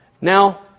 Now